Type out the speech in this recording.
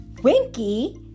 Winky